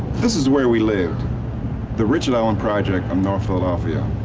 this is where we lived the richard allen project of north philadelphia.